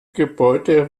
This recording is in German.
gebäude